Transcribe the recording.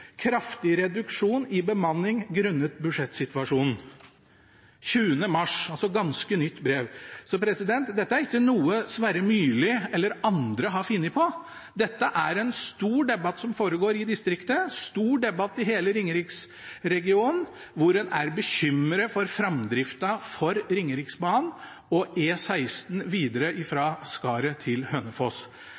Kraftig reduksjon i bemanning grunnet budsjettsituasjonen.» Den 20. mars – altså et ganske nytt brev. Så dette er ikke noe Sverre Myrli eller andre har funnet på. Dette er en stor debatt som foregår i distriktet, en stor debatt i hele Ringeriksregionen, hvor en er bekymret for framdrifta for Ringeriksbanen og E16 videre fra Skaret til Hønefoss.